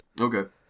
Okay